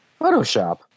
Photoshop